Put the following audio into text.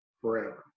forever